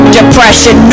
depression